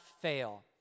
fail